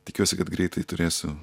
tikiuosi kad greitai turėsiu